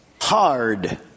hard